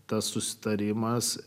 tas susitarimas